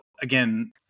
again –